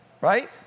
right